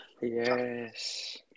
Yes